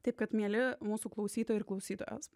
taip kad mieli mūsų klausytojai ir klausytojams